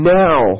now